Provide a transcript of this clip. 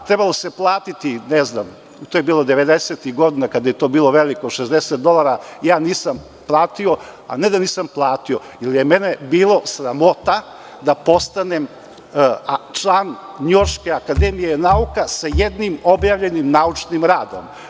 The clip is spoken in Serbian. Trebalo se platiti, to je bilo devedesetih godina, kada je to bilo veliko, 60 dolara, ja nisam platio jer je mene bilo sramota da postanem član Njujorške akademije nauka sa jednim objavljenim naučnim radom.